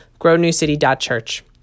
grownewcity.church